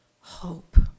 hope